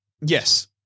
Yes